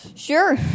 Sure